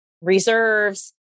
Reserves